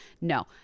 no